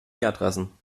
adressen